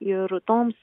ir toms